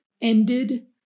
ended